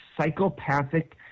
psychopathic